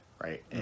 right